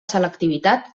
selectivitat